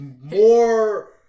more